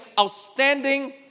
outstanding